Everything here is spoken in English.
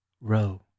row